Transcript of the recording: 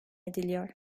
ediliyor